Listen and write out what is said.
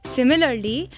Similarly